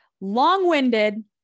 long-winded